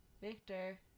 Victor